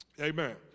Amen